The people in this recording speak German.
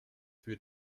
für